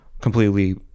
completely